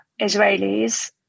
Israelis